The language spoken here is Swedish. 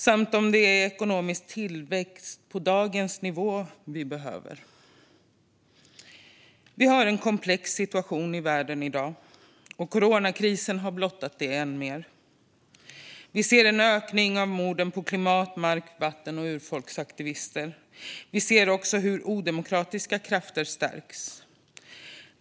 Är det ekonomisk tillväxt på dagens nivå vi behöver? Vi har en komplex situation i världen i dag. Coronakrisen har blottat det än mer. Vi ser att antalet mord på klimat-, mark-, vatten och urfolksaktivister ökar. Vi ser också att odemokratiska krafter stärks.